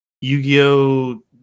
Yu-Gi-Oh